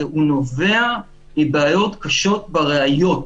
והוא נובע מבעיות קשות בראיות,